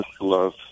love